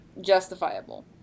justifiable